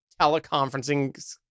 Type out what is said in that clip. teleconferencing